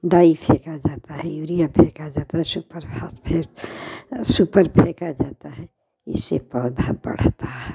die फेंका जाता है यूरिया फेंका जाता है सुपर फास्फेस्ट सुपर फेंका जाता है इससे पौधा बढ़ता है